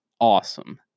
awesome